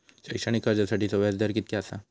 शैक्षणिक कर्जासाठीचो व्याज दर कितक्या आसा?